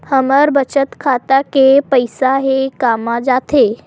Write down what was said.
हमर बचत खाता के पईसा हे कामा जाथे?